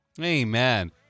Amen